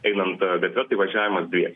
einant gatve tai važiavimas dviese